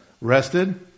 Rested